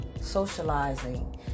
socializing